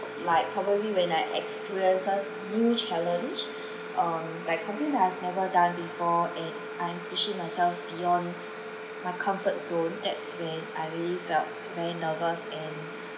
like probably when I experience some new challenge um like something that I've never done before and I'm pushing myself beyond my comfort zone that's when I really felt very nervous and